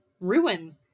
ruin